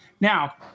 Now